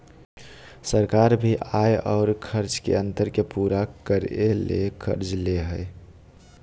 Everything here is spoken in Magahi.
सरकार भी आय और खर्च के अंतर के पूरा करय ले कर्ज ले हइ